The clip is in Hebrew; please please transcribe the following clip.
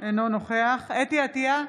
חוה אתי עטייה,